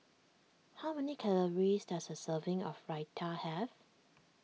how many calories does a serving of Raita have